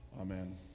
Amen